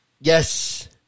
Yes